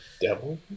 devil